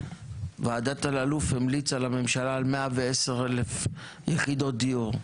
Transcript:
ועדת אללוף המליצה לממשלה על 1100,000 יחידות דיור,